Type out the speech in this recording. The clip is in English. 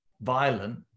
violent